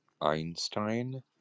Einstein